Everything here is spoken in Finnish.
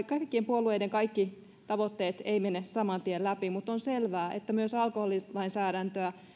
kaikkien puolueiden kaikki tavoitteet eivät mene saman tien läpi mutta on selvää että myös alkoholilainsäädäntöä